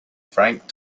frank